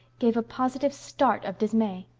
gave a positive start of dismay.